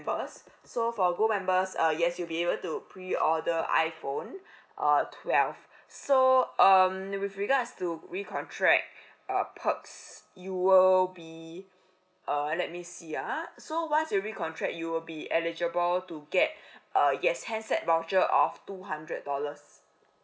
so for gold members uh yes you'll be able to pre order iphone err twelve so um then with regards to recontract uh perks you will be err let me see uh so once you recontract you'll be eligible to get yes handset voucher of two hundred dollars